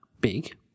big